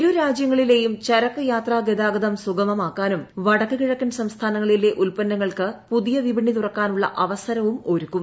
ഇരുരാജൃങ്ങളിലെയും ചരക്ക് യാത്രാ ഗതാഗതം സുഗമമാക്കാനും വടക്ക് കിഴക്കൻ സംസ്ഥാനങ്ങളിലെ ഉൽപ്പന്നങ്ങൾക്ക് പുതിയ വിപണി തുറക്കാനുള്ള അവസരവും ഒരുക്കും